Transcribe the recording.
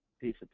piece